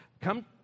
Come